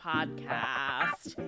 Podcast